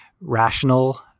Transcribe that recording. rational